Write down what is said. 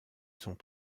sont